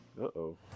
Uh-oh